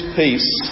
peace